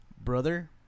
brother